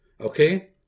okay